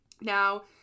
Now